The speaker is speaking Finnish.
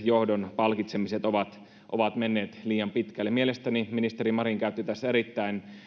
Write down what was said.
johdon palkitsemiset ovat ovat menneet liian pitkälle mielestäni ministeri marin käytti tässä erittäin